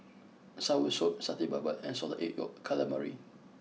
Soursop Satay Babat and Salted Egg Yolk Calamari